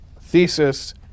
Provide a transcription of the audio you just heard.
thesis